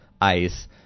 ICE